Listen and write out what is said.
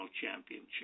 championship